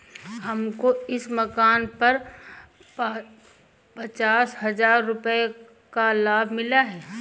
हमको इस मकान पर पचास हजार रुपयों का लाभ मिला है